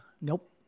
Nope